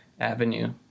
avenue